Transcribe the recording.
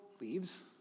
leaves